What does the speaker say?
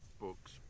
books